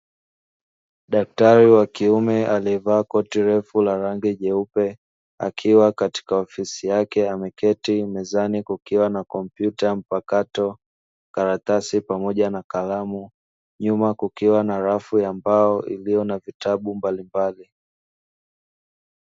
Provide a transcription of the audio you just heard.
Daktari wa kiume aliyevaa koti refu la rangi jeupe, akiwa katika ofisi yake ameketi mezani kukiwa na kompyuta mpakato, karatasi pamoja na kalamu, nyuma kukiwa na rafu ya mbao iliyo na vitabu mbalimbali.